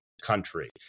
country